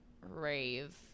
rave